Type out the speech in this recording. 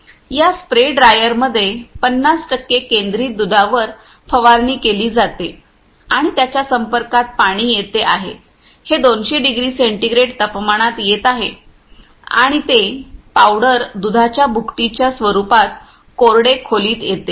एका स्प्रे ड्रायरमध्ये 50 टक्के केंद्रित दुधावर फवारणी केली जाते आणि त्याच्या संपर्कात पाणी येत आहे हे 200 डिग्री सेंटीग्रेड तापमानात येत आहे आणि ते पावडर दुधाच्या भुकटीच्या स्वरूपात कोरडे खोलीत येते